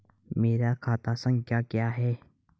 मेरा खाता संख्या क्या है?